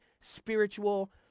spiritual